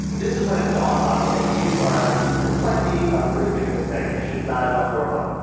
this is when it dawns on me that you are, this might be a really big mistake, you should not have left brooklyn.